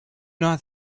not